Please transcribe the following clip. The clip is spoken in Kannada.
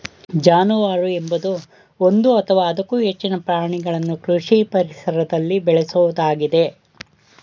ಜಾನುವಾರು ಎಂಬುದು ಒಂದು ಅಥವಾ ಅದಕ್ಕೂ ಹೆಚ್ಚಿನ ಪ್ರಾಣಿಗಳನ್ನು ಕೃಷಿ ಪರಿಸರದಲ್ಲಿ ಬೇಳೆಸೋದಾಗಿದೆ